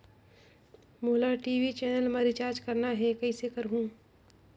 मोला TV channel मा recharge करना हे, कइसे करहुँ?